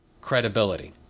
credibility